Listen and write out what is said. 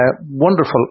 wonderful